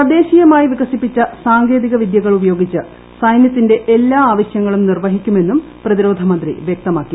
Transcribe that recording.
തദ്ദേശീയമായി വികസിപ്പിച്ചു ക്ഷോങ്കേതിക വിദ്യകൾ ഉപയോഗിച്ച് സൈനൃത്തിന്റെ എല്ലാ ആവശ്യങ്ങളും നിർവ്വഹിക്കുമെന്നും പ്രതിരോധ മന്ത്രി വൃക്തമാക്കി